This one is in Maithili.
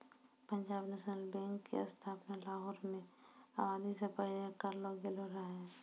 पंजाब नेशनल बैंक के स्थापना लाहौर मे आजादी के पहिले करलो गेलो रहै